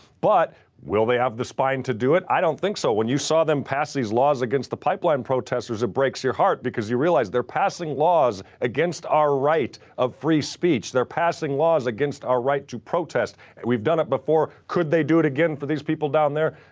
but will they have the spine to do it? i don't think so. when you saw them pass these laws against the pipeline protesters, it breaks your heart because you realize they're passing laws against our right of free speech. they're passing laws against our right to protest and we've done it before. could they do it again for these people down there?